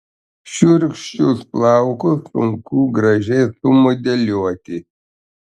šiurkščius plaukus sunku gražiai sumodeliuoti